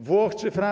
Włoch czy Francji.